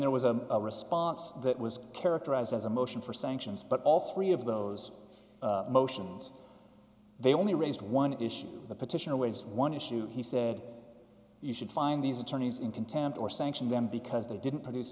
there was a response that was characterized as a motion for sanctions but all three of those motions they only raised one issue the petition always one issue he said you should find these attorneys in contempt or sanction them because they didn't produce